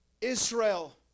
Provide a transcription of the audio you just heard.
Israel